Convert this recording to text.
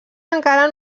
encara